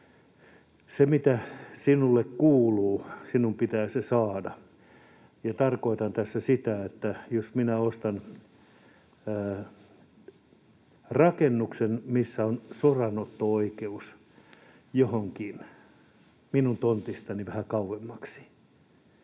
se, mikä sinulle kuuluu, sinun pitää saada. Ja tarkoitan tässä sitä, että jos minä ostan rakennuksen, missä on soranotto-oikeus johonkin minun tontistani vähän kauemmaksi,